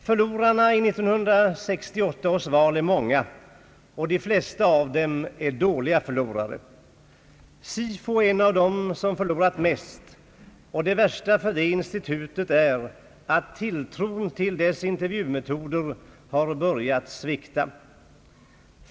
Förlorarna i 1968 års val är många, och de flesta av dem är dåliga förlorare. Sifo är en av dem som förlorat mest, och det värsta för det institutet är att tilltron till dess intervjumetoder har börjat svikta.